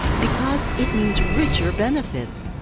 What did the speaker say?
because it means richer benefits!